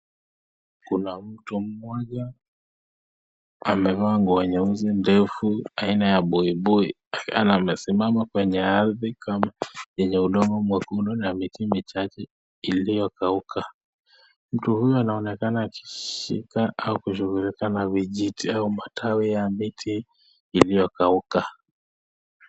Kuna mtu mmoja amevaa nguo nyeusi ndefu aina ya buibui. Amesimama kwenye ardhi kama yenye udongo mwekundu na miti michache iliyokauka. Mtu huyo anaonekana akishika au kushughulika na vijiti au matawi ya miti iliyokauka.